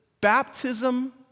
baptism